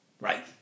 Right